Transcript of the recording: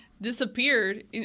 disappeared